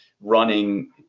running